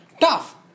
tough